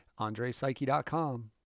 AndrePsyche.com